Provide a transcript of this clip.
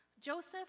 Joseph